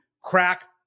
crack